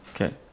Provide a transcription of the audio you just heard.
okay